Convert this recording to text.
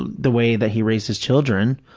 the way that he raised his children,